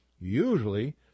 usually